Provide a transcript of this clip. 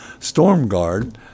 StormGuard